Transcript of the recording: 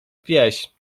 wieś